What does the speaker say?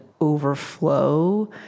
overflow